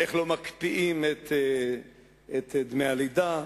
איך לא מקפיאים את דמי הלידה,